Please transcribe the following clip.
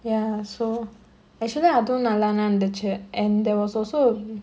ya so actually அதும் நல்லாதா இருந்துச்சு:athum nallathaa irunthchu and there was also